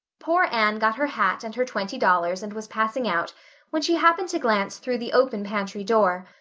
poor anne got her hat and her twenty dollars and was passing out when she happened to glance through the open pantry door.